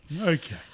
okay